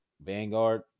vanguard